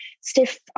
stiff